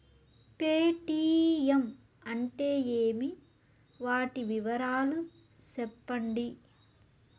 Paytm అంటే ఏమి, వాటి వివరాలు సెప్పండి?